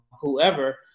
whoever –